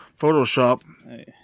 Photoshop